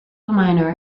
minor